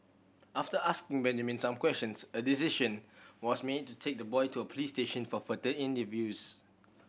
after asking Benjamin some questions a decision was made to take the boy to a police station for further interviews